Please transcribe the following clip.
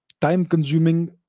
time-consuming